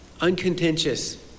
uncontentious